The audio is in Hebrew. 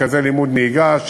מרכזי לימוד נהיגה,